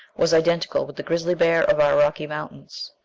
was identical with the grizzly bear of our rocky mountains.